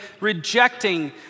rejecting